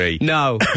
No